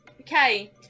Okay